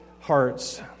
hearts